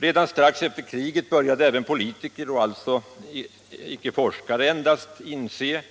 Redan strax efter kriget började även politiker inse, alltså inte endast forskare,